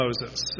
Moses